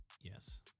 Yes